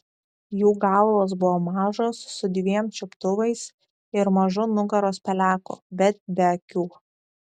jų galvos buvo mažos su dviem čiuptuvais ir mažu nugaros peleku bet be akių